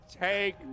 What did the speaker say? take